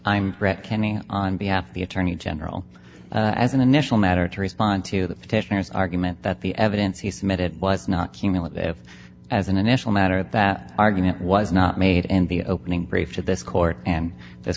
i'm reckoning on behalf of the attorney general as an initial matter to respond to the petitioners argument that the evidence he submitted was not cumulative as an initial matter that argument was not made and the opening brief to this court and